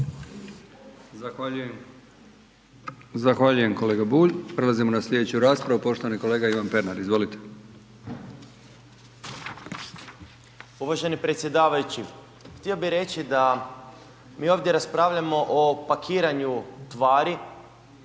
Zahvaljujem kolega Bulj. Prelazimo na sljedeću raspravu, poštovani kolega Ivan Pernar. Izvolite. **Pernar, Ivan (SIP)** Uvaženi predsjedavajući. Htio bih reći da mi ovdje raspravljamo o pakiranju tvari